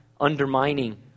undermining